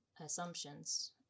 assumptions